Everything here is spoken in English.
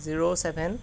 zero seven